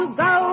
go